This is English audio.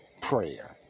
prayer